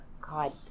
God